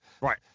right